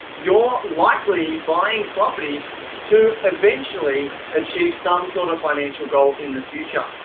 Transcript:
you're likely buying property to eventually achieve some sort of financial goal in the future.